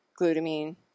glutamine